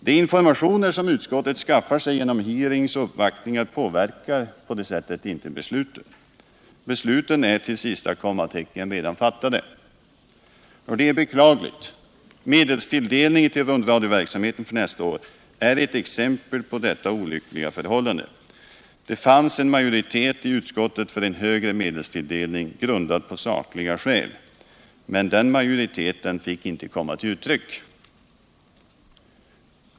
De informationer som utskottet skaffar sig genom hearings och uppvaktningar påverkar därför inte besluten. Besluten är till sista kommatecken redan fattade. Detta är beklagligt. Medelstilldelningen till rundradioverksamheten för nästa år är ett exempel på detta olyckliga förhållande. Det fanns en majoritet i utskottet för en högre medelstilldelning, grundad på sakliga skäl. Men den majoriteten fick inte komma till uttryck.